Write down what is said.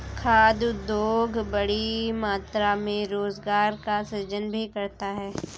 खाद्य उद्योग बड़ी मात्रा में रोजगार का सृजन भी करता है